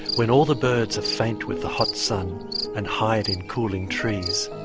when all the birds are faint with the hot sun and hide in cooling trees,